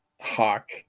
hawk